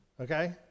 okay